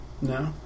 No